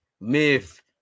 Myth